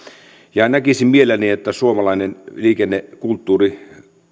ja näkisin mielelläni että suomalainen liikennekulttuuri